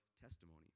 testimony